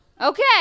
Okay